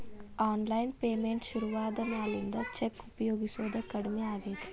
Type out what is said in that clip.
online payment ಶುರುವಾದ ಮ್ಯಾಲಿಂದ cheque ಉಪಯೊಗಸೋದ ಕಡಮಿ ಆಗೇದ